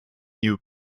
new